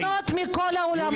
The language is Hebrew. אי-אפשר ליהנות מכל העולמות.